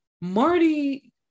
Marty